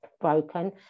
broken